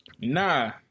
nah